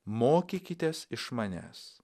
mokykitės iš manęs